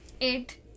eight